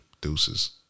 deuces